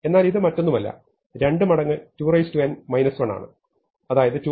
എന്നാൽ ഇത് മറ്റൊന്നുമല്ല 2 മടങ്ങ് 2n 1 അതായത് 2n